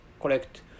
correct